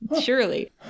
surely